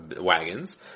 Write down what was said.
wagons